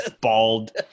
bald